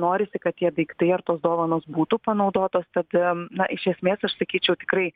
norisi kad tie daiktai ar tos dovanos būtų panaudotos tad na iš esmės aš sakyčiau tikrai